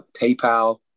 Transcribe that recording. PayPal